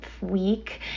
week